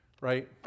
right